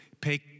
pay